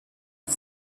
had